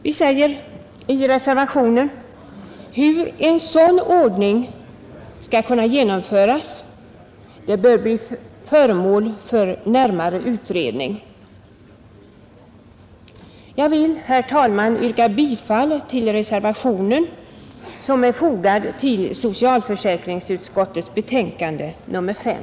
Vi säger i reservationen: ”Hur en sådan ordning bör genomföras får bli föremål för närmare utredning.” Jag vill, herr talman, yrka bifall till den reservation som är fogad till socialförsäkringsutskottets betänkande nr 5.